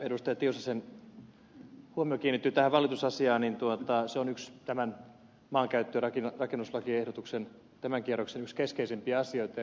tiusasen huomio kiinnittyi tähän valitusasiaan se on tämän maankäyttö ja rakennuslakiehdotuksen tämän kierroksen yksi keskeisimpiä ja merkittävimpiä asioita